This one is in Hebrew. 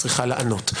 את צריכה לענות.